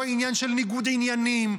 זה לא עניין של ניגוד עניינים,